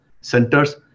centers